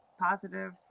positive